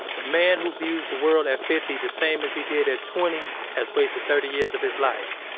the man who views the world at fifty the same as he did at twenty has wasted thirty years of his life.